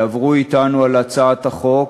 יעברו אתנו על הצעת החוק.